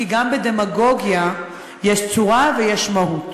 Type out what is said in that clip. כי גם בדמגוגיה יש צורה ויש מהות.